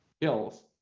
kills